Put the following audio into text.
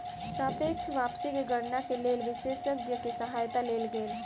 सापेक्ष वापसी के गणना के लेल विशेषज्ञ के सहायता लेल गेल